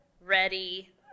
ready